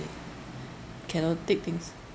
cannot take things